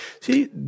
See